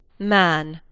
man,